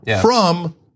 from-